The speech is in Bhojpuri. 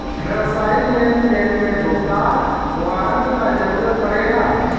व्यावसायिक लेनदेन में भुगतान वारंट कअ जरुरत पड़ेला